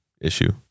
issue